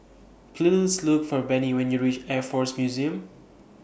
Please Look For Bennie when YOU REACH Air Force Museum